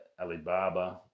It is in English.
Alibaba